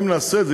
אם נעשה את זה,